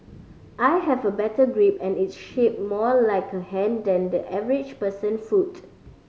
I have a better grip and it's shaped more like a hand than the average person foot